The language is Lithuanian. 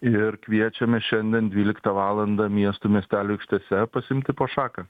ir kviečiame šiandien dvyliktą valandą miestų miestelių aikštėse pasiimti po šaką